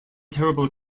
terrible